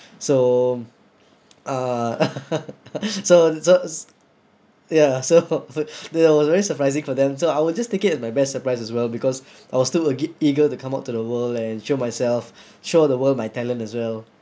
so uh so so s~ ya so that was very surprising for them so I will just take it as my best surprise as well because I was still a gi~ eager to come out to the world and show myself show the world my talent as well